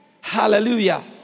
Hallelujah